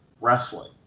Wrestling